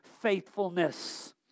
faithfulness